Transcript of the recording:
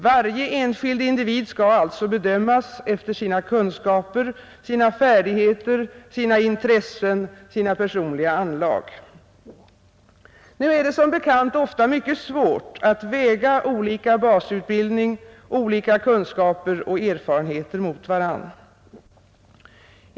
Varje enskild individ skall alltså bedömas efter sina kunskaper, sina färdigheter, sina intressen, sina personliga anlag. Nu är det som bekant ofta mycket svårt att väga olika basutbildning, olika kunskaper och erfarenheter mot varandra.